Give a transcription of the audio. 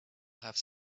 have